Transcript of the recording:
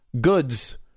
goods